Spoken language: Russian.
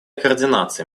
координация